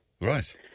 Right